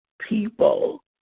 people